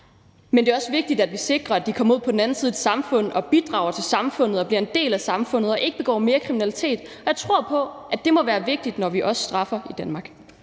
men det er også vigtigt, at vi sikrer, at de kommer ud på den anden side i samfundet og bidrager til samfundet og bliver en del af samfundet og ikke begår mere kriminalitet. Jeg tror på, at det må være vigtigt, når vi også straffer i Danmark.